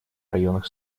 районах